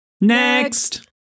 Next